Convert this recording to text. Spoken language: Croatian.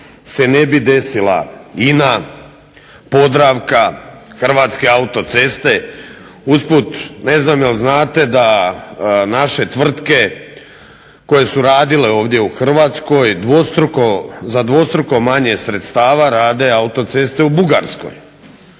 se ne bi desila INA, Podravka, Hrvatske autoceste. Usput ne znam jel' znate da naše tvrtke koje su radile ovdje u Hrvatskoj za dvostruko manje sredstava rade autoceste u Bugarskoj.